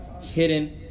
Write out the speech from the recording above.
hidden